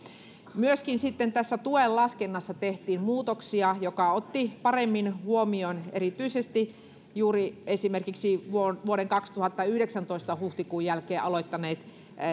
myöskin sitten tässä tuen laskennassa tehtiin muutoksia jotka ottivat paremmin huomioon erityisesti juuri esimerkiksi vuoden vuoden kaksituhattayhdeksäntoista huhtikuun jälkeen aloittaneet